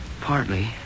Partly